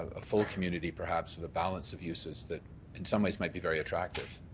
a full community perhaps with a balance of uses that in some ways might be very attractive.